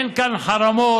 אין כאן חרמות,